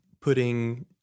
putting